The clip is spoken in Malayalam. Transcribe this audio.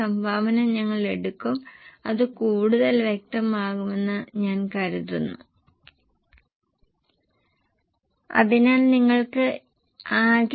2 ആയി 3043 ആയിരിക്കും സാധാരണ വിൽപന വില 4901 ആയിരിക്കും ഇളവുള്ളതിനു സ്ഥിരമായ ചിലവ് ഈടാക്കുന്നില്ല എന്നാൽ നാമമാത്രമായ ലാഭം 20 ശതമാനം ഈടാക്കുന്നു അതിനാൽ അത് 3043 ആണ്